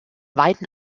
weiten